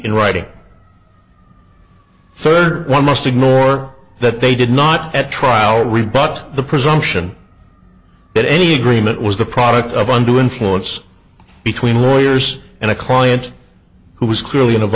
in writing for one must ignore that they did not at trial rebut the presumption but any agreement was the product of under influence between lawyers and a client who was clearly in